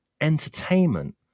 entertainment